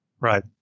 Right